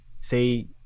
say